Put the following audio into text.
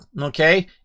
Okay